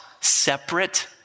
separate